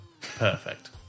Perfect